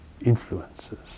influences